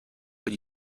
but